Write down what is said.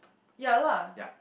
ya lah